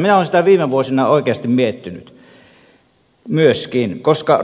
minä olen sitä viime vuosina oikeasti miettinyt myöskin koska